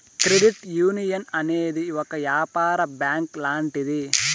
credit union అనేది ఒక యాపార బ్యాంక్ లాంటిది